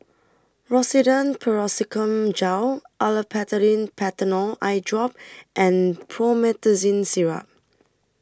Rosiden Piroxicam Gel Olopatadine Patanol Eyedrop and Promethazine Syrup